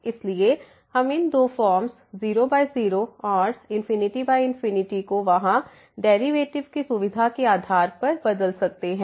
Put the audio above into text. इसलिए हम इन दो फॉर्म्स 00 और ∞∞ को वहां डेरिवेटिव की सुविधा के आधार पर बदल सकते हैं